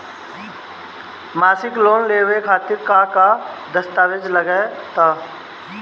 मसीक लोन लेवे खातिर का का दास्तावेज लग ता?